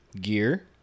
Gear